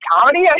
comedy